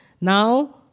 Now